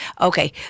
Okay